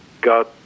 got